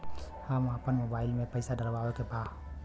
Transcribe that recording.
हम आपन मोबाइल में पैसा डलवावे के बा?